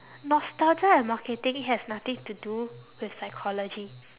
nostalgia and marketing has nothing to do with psychology